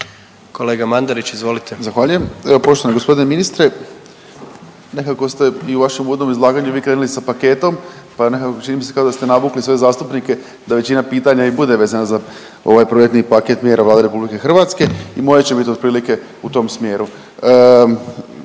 **Mandarić, Marin (HDZ)** Zahvaljujem. Evo poštovani g. ministre, nekako ste i u vašem uvodnom izlaganju vi krenuli sa paketom, pa je nekako, čini mi se kao da ste navukli sve zastupnike da većina pitanja i bude vezana za ovaj projektni paket mjera Vlade RH i moje će bit otprilike u tom smjeru.